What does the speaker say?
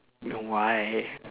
you why